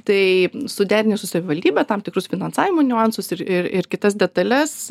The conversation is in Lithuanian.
tai suderinus su savivaldybe tam tikrus finansavimo niuansus ir ir kitas detales